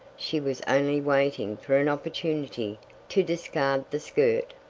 she was only waiting for an opportunity to discard the skirt.